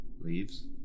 leaves